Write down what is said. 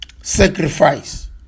sacrifice